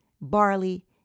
barley